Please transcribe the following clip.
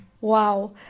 Wow